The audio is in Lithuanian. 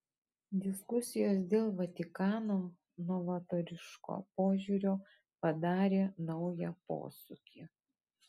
diskusijos dėl vatikano novatoriško požiūrio padarė naują posūkį